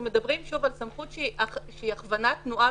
אנחנו מדברים על סמכות שהיא הכוונת תנועה,